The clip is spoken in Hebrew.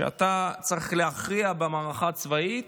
שאתה צריך להכריע במערכה הצבאית,